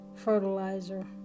fertilizer